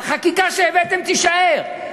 החקיקה שהבאתם תישאר.